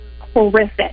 horrific